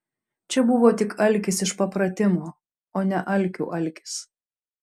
čia buvo tik alkis iš papratimo o ne alkių alkis